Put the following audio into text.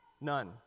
None